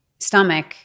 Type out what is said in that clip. stomach